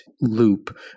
loop